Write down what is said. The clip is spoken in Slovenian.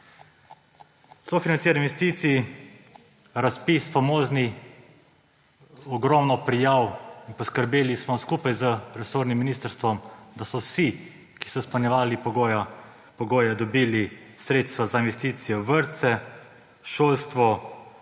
Sofinanciranje investicij, famozni razpis, ogromno prijav in poskrbeli smo skupaj z resornim ministrstvom, da so vsi, ki so izpolnjevali pogoje, dobili sredstva za investicije v vrtce, šolstvo,